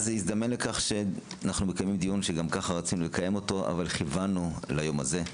הזדמן דיון שגם ככה רצינו לקיים אותו אבל כיוונו ליום הזה.